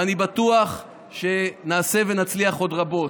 ואני בטוח שנעשה ונצליח עוד רבות.